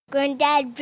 Granddad